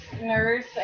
nurse